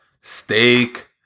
steak